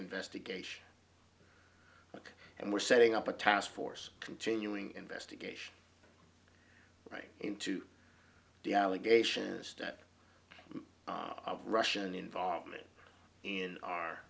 investigation and we're setting up a task force continuing investigation into the allegation is that russian involvement in our